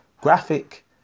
graphic